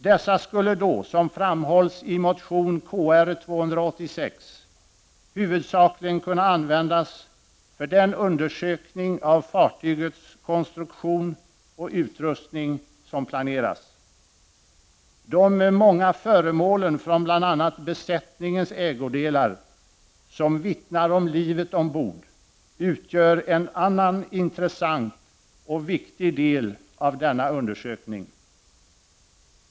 Dessa skulle då, som framhålls i motion Kr286, huvudsakligen användas för den undersökning av fartygets konstruktion och utrustning som planeras. De många föremålen från bl.a. besättningens ägodelar som vittnar om livet ombord utgör en annan intressant och viktig del av denna undersökning.